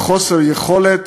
עם חוסר יכולת